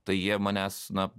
tai jie manęs na